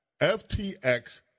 FTX